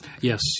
Yes